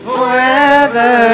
Forever